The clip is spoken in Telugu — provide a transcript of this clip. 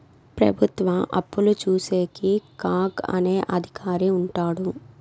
ప్రభుత్వ అప్పులు చూసేకి కాగ్ అనే అధికారి ఉంటాడు